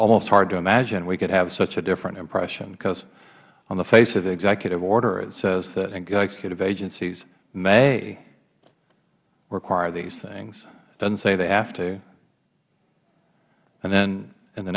almost hard to imagine we could have such a different impression because on the face of the executive order it says that executive agencies may require these things it doesnt say they have to and then in the